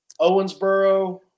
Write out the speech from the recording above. Owensboro